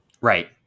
Right